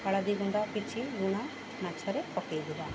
ପାଳଦି ଗୁଣ୍ଡା କିଛି ଗୁଣା ମାଛରେ ପକେଇ ଦବା